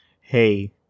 hey